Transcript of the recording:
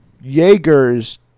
jaegers